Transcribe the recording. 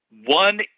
One